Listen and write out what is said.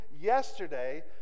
yesterday